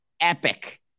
Epic